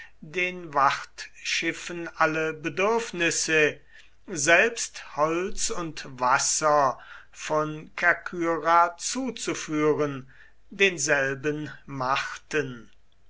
den wachtschiffen alle bedürfnisse selbst holz und wasser von kerkyra zuzuführen denselben machten